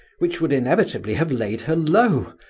which would inevitably have laid her low,